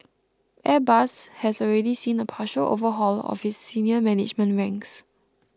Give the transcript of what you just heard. airbus has already seen a partial overhaul of its senior management ranks